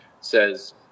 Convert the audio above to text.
says